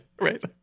Right